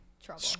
Trouble